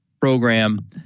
program